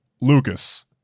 Lucas